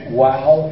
wow